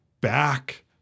back